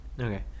Okay